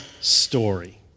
story